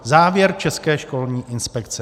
Závěr České školní inspekce.